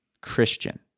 Christian